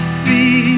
see